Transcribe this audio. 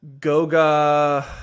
Goga